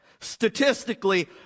Statistically